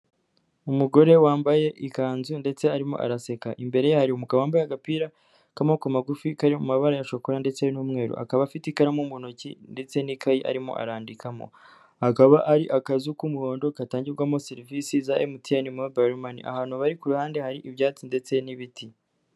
Umugore wambaye ikanzu ndetse arimo araseka, imbere hari umugabo wambaye agapira k'amaboko magufi kari mu mabara ya shokora ndetse n'umweru, akaba afite ikaramu mu ntoki ndetse n'ikayi arimo arandikamo, hakaba hari akazu k'umuhondo katangirwamo serivisi za MTN Mobile Money, ahantu bari kuru ruhande hari ibyatsi ndetse n'ibiti.